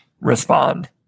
respond